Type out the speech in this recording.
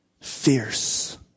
fierce